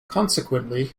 consequently